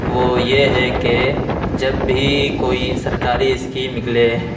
وہ یہ ہے کہ جب بھی کوئی سرکاری اسکیم نکلے